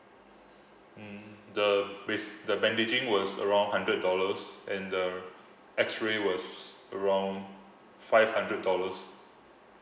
mm the base the bandaging was around hundred dollars and the X-ray was around five hundred dollars